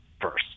first